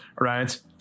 right